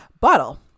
bottle